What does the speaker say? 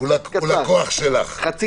הוא לקוח שלך.